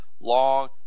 long